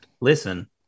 Listen